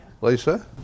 Lisa